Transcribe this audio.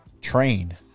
train